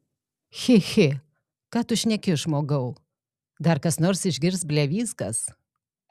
chi chi ką tu šneki žmogau dar kas nors išgirs blevyzgas